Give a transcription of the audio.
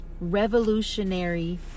revolutionary